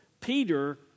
Peter